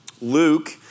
Luke